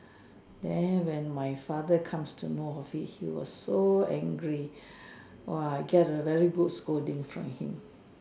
then when my father comes to know of it he was so angry !wah! I get a very good scolding from him